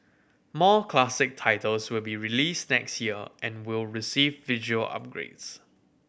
more classic titles will be released next year and will receive visual upgrades